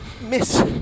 miss